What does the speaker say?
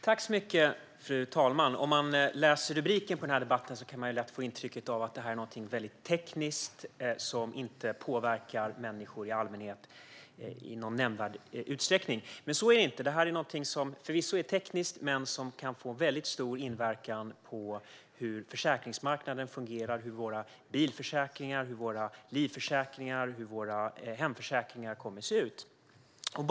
Fru talman! Om man läser rubriken på den här debatten kan man lätt få intrycket att det här är någonting tekniskt som inte påverkar människor i allmänhet i någon nämnvärd utsträckning. Men så är det inte. Det är någonting som förvisso är tekniskt men som kan få stor inverkan på hur försäkringsmarknaden fungerar och hur våra bilförsäkringar, livförsäkringar och hemförsäkringar kommer att se ut.